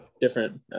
different